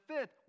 fifth